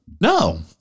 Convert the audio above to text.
No